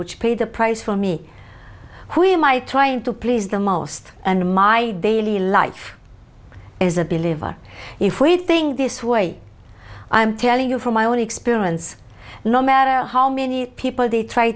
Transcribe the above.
which paid the price for me who am i trying to please the most and in my daily life is a believer if we think this way i am telling you from my own experience no matter how many people they try